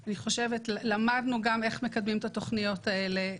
למדנו איך מקדמים את התוכניות האלה.